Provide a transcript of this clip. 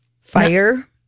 Fire